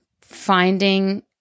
finding